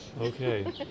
Okay